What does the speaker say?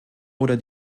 oder